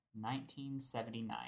1979